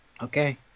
Okay